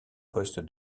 poste